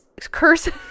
Curses